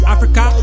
Africa